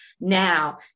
now